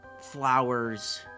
Flowers